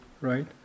right